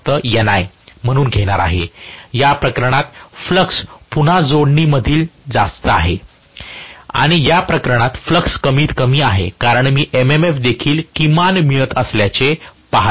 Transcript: म्हणून घेणार आहे या प्रकरणात फ्लॅक्स पुन्हा जोडणीं मधील जास्त आहे आणि या प्रकरणात फ्लक्स कमीतकमी आहे कारण मी MMF देखील किमान मिळत असल्याचे पहात आहे